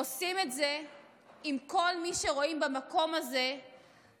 עושים את זה עם כל מי שרואים במקום הזה את הבית,